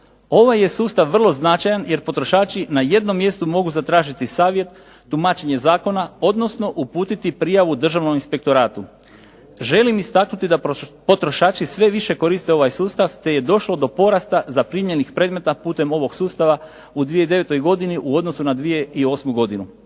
Ovaj je sustav vrlo značajan jer potrošači na jednom mjestu mogu zatražiti savjet, tumačenje zakona odnosno uputiti prijavu Državnom inspektoratu. Želim istaknuti da potrošači sve više koriste ovaj sustav te je došlo do porasta zaprimljenih predmeta putem ovog sustava u 2009. godini u odnosu na 2008. godinu.